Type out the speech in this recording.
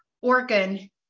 organ